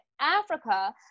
Africa